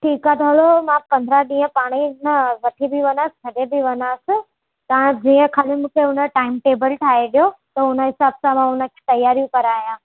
ठीकु आहे त हलो मां पंद्रहं ॾींहं पाणेई मां वठी बि वञासि छॾे थी वञासि तव्हां जीअं ख़ाली मूंखे हुन टाइम टेबल ठाहे ॾियो त हुनजे हिसाब सां मां हुनखे तयारियूं कराया